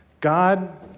God